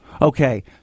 Okay